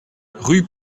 rue